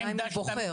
השאלה אם הוא בוחר.